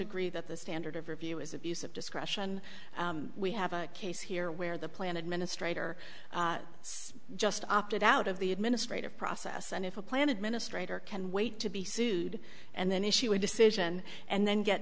agree that the standard of review is abuse of discretion we have a case here where the plan administrator just opted out of the administrative process and if a plan administrator can wait to be sued and then issue a decision and then get